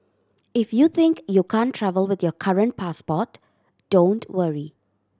if you think you can't travel with your current passport don't worry